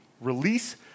release